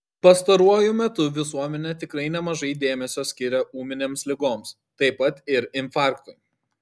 pastaruoju metu visuomenė tikrai nemažai dėmesio skiria ūminėms ligoms taip pat ir infarktui